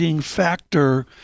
factor